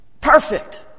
perfect